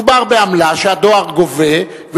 מדובר בעמלה שהדואר גובה,